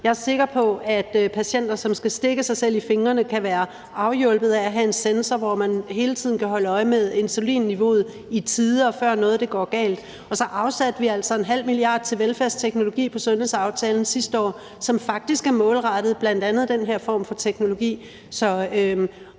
Jeg er sikker på, at patienter, som skal stikke sig selv i fingrene, kan være hjulpet af at have en sensor, som gør, at man hele tiden kan holde øje med insulinniveauet i tide, og før noget går galt. Og så afsatte vi altså 0,5 mia. kr. til velfærdsteknologi i sundhedsaftalen sidste år, som faktisk er målrettet bl.a. den her form for teknologi.